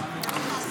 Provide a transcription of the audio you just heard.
נתקבל.